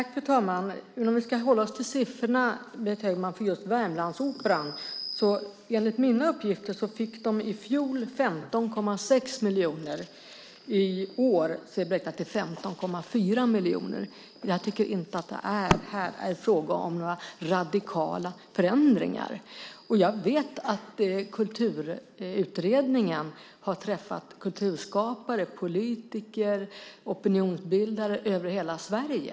Fru talman! Om vi ska hålla oss till siffrorna för just Värmlandsoperan, Berit Högman, fick den i fjol 15,6 miljoner. I år är det beräknat till 15,4 miljoner. Jag tycker inte att det här är fråga om några radikala förändringar. Jag vet att Kulturutredningen har träffat kulturskapare, politiker och opinionsbildare över hela Sverige.